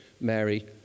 Mary